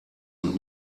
und